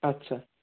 আচ্ছা